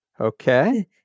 Okay